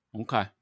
Okay